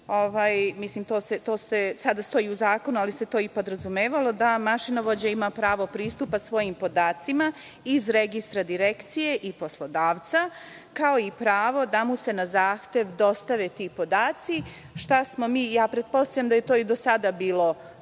mi, to sada stoji u zakonu, ali se to i podrazumevalo da mašinovođa ima pravo pristupa svojim podacima iz registra Direkcije i poslodavca, kao i pravo da mu se na zahtev dostave ti podaci. Pretpostavljam da je to i do sada bilo